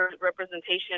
representation